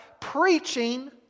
preaching